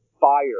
fire